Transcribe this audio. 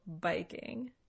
Biking